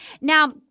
Now